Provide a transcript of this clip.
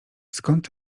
skąd